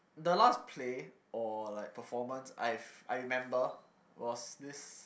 the last play or like performance I've I remember was this